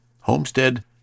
Homestead